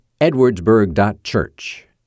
edwardsburg.church